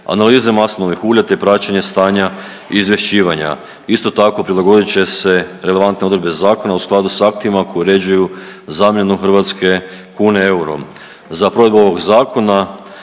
analiza maslinovih ulja, te praćenje stanja izvješćivanja, isto tako prilagodit će se relevantne odredbe zakona u skladu s aktima koji uređuju zamjenu hrvatske kune eurom. Za provedbu ovog zakona